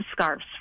scarves